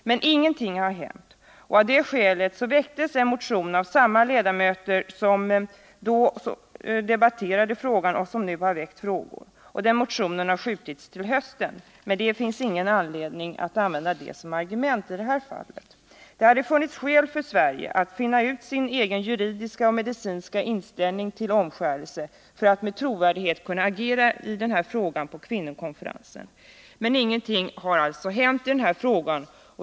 Men ingenting hände, och av det skälet väcktes en motion av samma ledamöter som då debatterade frågan och som nu har ställt frågor. Den motionen har uppskjutits till hösten, men det finns ingen anledning att använda det som argument i detta fall. Det hade funnits skäl för Sverige att reda ut sin egen juridiska och medicinska inställning till fftågan om omskärelse för att med trovärdighet kunna agera i frågan på kvinnokonferensen. Ingenting har alltså hänt.